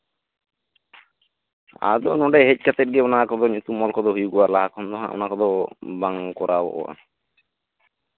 ᱟᱫᱚ ᱱᱚᱰᱮ ᱦᱮᱡ ᱠᱟᱛᱮᱜ ᱜᱮ ᱚᱱᱟ ᱠᱚᱫᱚ ᱧᱩᱛᱩᱢ ᱚᱞ ᱠᱚᱫᱚ ᱦᱩᱭᱩᱜᱼᱟ ᱞᱟᱦᱟ ᱠᱷᱚᱱ ᱫᱚᱦᱟᱜ ᱵᱟᱝ ᱠᱚᱨᱟᱣᱚᱜᱼᱟ